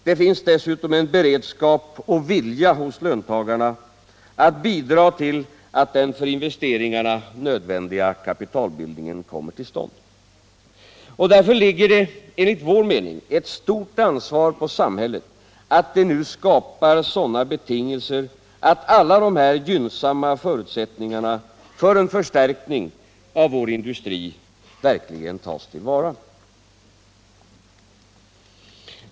Det finns dessutom en beredskap och en vilja hos löntagarna att bidra till att den för investeringarna nödvändiga kapitalbildningen kommer till stånd. Därför ligger det enligt vår mening ett stort ansvar på samhället att det nu skapar sådana betingelser att alla dessa gynnsamma förutsättningar för en förstärkning av vår industri verkligen tas till vara.